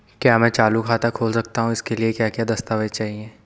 क्या मैं चालू खाता खोल सकता हूँ इसके लिए क्या क्या दस्तावेज़ चाहिए?